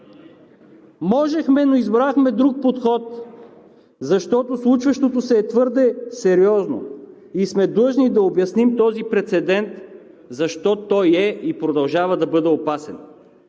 Можехме, но избрахме друг подход, защото случващото се е твърде сериозно и сме длъжни да обясним този прецедент, защото той е и продължава да бъде опасен.